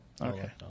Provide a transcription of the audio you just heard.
Okay